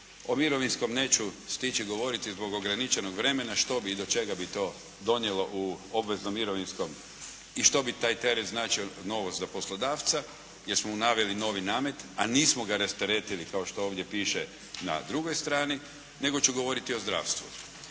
O mirovinskom neću stići govoriti zbog ograničenog vremena što bi i do čega bi to donijelo u obveznom mirovinskom i što bi taj teret značio novost za poslodavca, jer smo mu naveli novi namet a nismo ga rasteretili kao što ovdje piše na drugoj strani nego ću govoriti o zdravstvu.